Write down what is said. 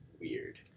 weird